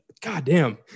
goddamn